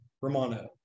Romano